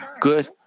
good